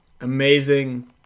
Amazing